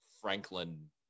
Franklin